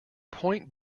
point